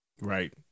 Right